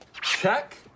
Check